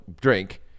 drink